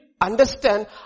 understand